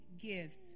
gifts